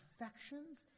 affections